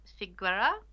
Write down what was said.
Figuera